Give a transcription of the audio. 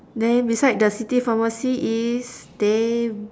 then beside the city pharmacy is